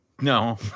No